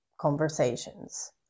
conversations